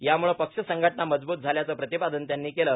याम्ळं पक्ष संघटना मजबूत झाल्याचं प्रतिपादन त्यांनी केलं